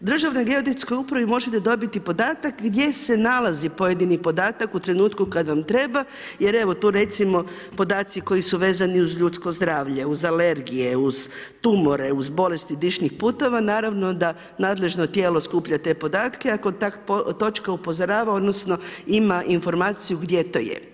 U Državnoj geodetskoj upravi možete dobiti podatak gdje se nalazi pojedini podatak u trenutku kad vam treba, jer evo tu recimo podaci koji su vezani uz ljudsko zdravlje, uz alergije, uz tumore, uz bolesti dišnih puteva naravno da nadležno tijelo skuplja te podatke, a kontakt točka upozorava odnosno ima informaciju gdje to je.